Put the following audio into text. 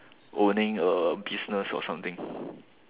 owning a business or something